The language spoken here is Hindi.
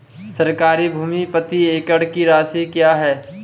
सरकारी भूमि प्रति एकड़ की राशि क्या है?